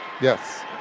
Yes